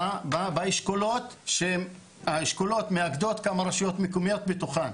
האשכולות מאגדות כמה רשויות מקומיות בתוכן.